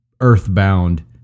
earthbound